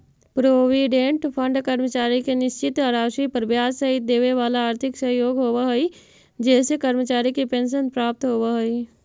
provident fund कर्मचारी के निश्चित राशि पर ब्याज सहित देवेवाला आर्थिक सहयोग होव हई जेसे कर्मचारी के पेंशन प्राप्त होव हई